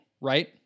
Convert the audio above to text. right